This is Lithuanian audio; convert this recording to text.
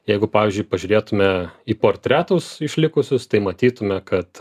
jeigu pavyzdžiui pažiūrėtume į portretus išlikusius tai matytume kad